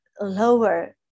lower